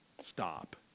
Stop